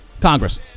Congress